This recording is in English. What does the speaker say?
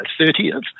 30th